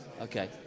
Okay